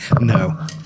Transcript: No